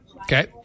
Okay